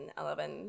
Eleven